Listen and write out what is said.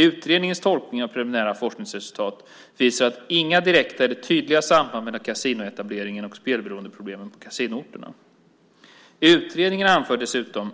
Utredningens tolkning av preliminära forskningsresultat visar inga direkta eller tydliga samband mellan kasinoetableringen och spelberoendeproblem på kasinoorterna. Utredningen anför dessutom